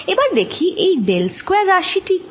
এবার দেখি এই ডেল স্কয়ার রাশি টি কি